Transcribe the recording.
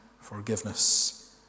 forgiveness